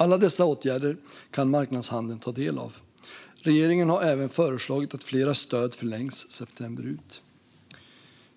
Alla dessa åtgärder kan marknadshandeln ta del av. Regeringen har även föreslagit att flera stöd ska förlängas till september ut.